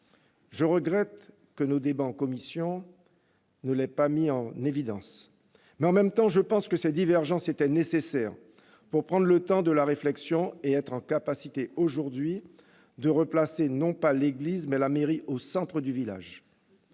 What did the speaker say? Je regrette que nos débats en commission ne l'aient pas mis en évidence. Dans le même temps, je pense que ces divergences étaient nécessaires pour prendre le temps de la réflexion et être capables aujourd'hui de replacer non pas l'église, mais la mairie, au centre du village.